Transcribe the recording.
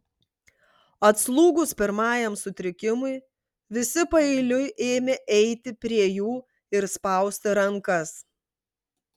atslūgus pirmajam sutrikimui visi paeiliui ėmė eiti prie jų ir spausti rankas